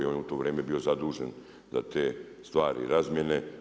On je u to vrijeme bio zadužen za te stvari i razmjene.